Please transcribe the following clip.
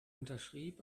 unterschrieb